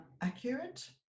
accurate